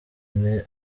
ine